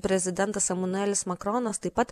prezidentas emanuelis makronas taip pat